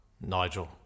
Nigel